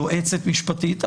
יועצת משפטית,